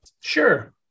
Sure